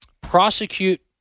prosecute